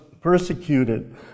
persecuted